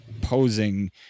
posing